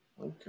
Okay